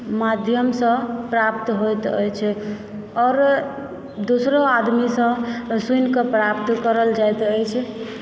माध्यमसँ प्राप्त होयत अछि आओर दोसरो आदमीसँ सुनिकऽ प्राप्त करल जाइत अछि